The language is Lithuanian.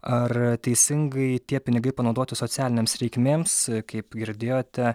ar teisingai tie pinigai panaudoti socialinėms reikmėms kaip girdėjote